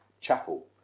chapel